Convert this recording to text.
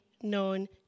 known